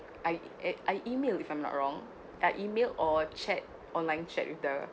I eh I E-mail if I'm not wrong I E-mail or chat online chat with the